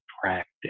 practice